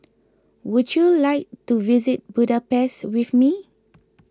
would you like to visit Budapest with me